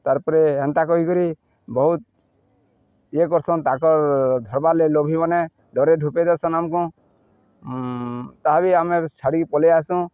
ତାର୍ ପରେ ହେନ୍ତା କହିକରି ବହୁତ ଇଏ କରସନ୍ ତାକର ଧରବାର୍ ଲାଗି ଲୋଭିମାନେ ଡରେଇ ଧୂପେଇ ଦେଇସନ୍ ଆମକୁ ତାହା ବି ଆମେ ଛାଡ଼ିକି ପଳେଇ ଆସୁଁ